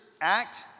act